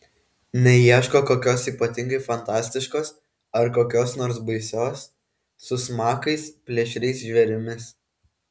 neieško kokios ypatingai fantastiškos ar kokios nors baisios su smakais plėšriais žvėrimis